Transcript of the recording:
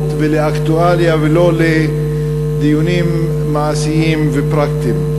ולאקטואליה ולא לדיונים מעשיים ופרקטיים.